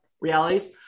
realities